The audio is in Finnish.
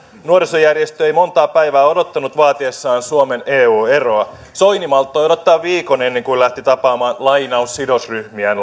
nuorisojärjestö ei montaa päivää odottanut vaatiessaan suomen eu eroa soini malttoi odottaa viikon ennen kuin lähti tapaamaan sidosryhmiään